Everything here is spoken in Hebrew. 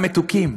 אלה המתוקים.